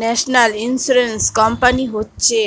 national insurance company হচ্ছে